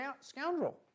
scoundrel